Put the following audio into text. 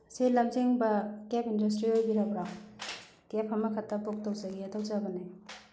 ꯁꯤ ꯂꯝꯖꯤꯡꯕ cap industry ꯑꯣꯏꯕꯤꯔꯕ꯭ꯔꯣ ꯀꯦꯞ ꯑꯃꯈꯛꯇ ꯕꯨꯛ ꯇꯧꯖꯒꯦ ꯇꯧꯖꯕꯅꯤ